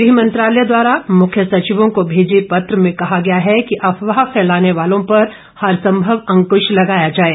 गृह मंत्रालय द्वारा मुख्य सचिवों को भेजे पत्र में कहा गया है कि अफवाह फैलाने वालों पर हरंसमव अंकृश लगाया जाये